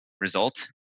result